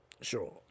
Sure